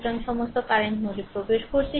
সুতরাং সমস্ত কারেন্টনোডে প্রবেশ করছে